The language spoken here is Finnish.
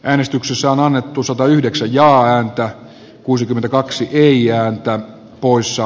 äänestyksessä on annettu satayhdeksän ja antaa kuusikymmentäkaksi iältään puissa